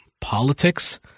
politics